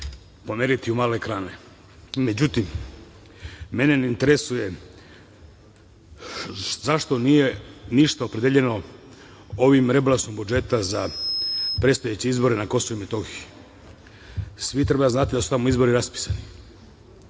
pomeriti u male ekrane.Međutim, mene interesuje zašto nije ništa opredeljeno ovim rebalansom budžeta za predstojeće izbore na Kosovu i Metohiji. Svi treba da znate da su tamo izbori raspisani.